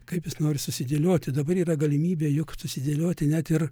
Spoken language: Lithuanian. kaip jis nori susidėlioti dabar yra galimybė juk susidėlioti net ir